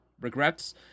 regrets